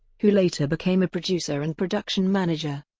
who later became a producer and production manager.